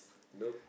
nope